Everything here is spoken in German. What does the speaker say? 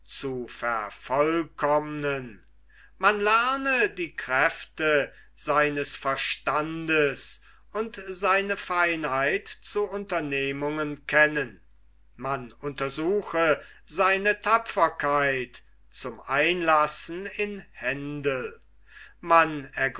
zu vervollkommnen man lerne die kräfte seines verstandes und seine feinheit zu unternehmungen kennen man untersuche seine tapferkeit zum einlassen in händel man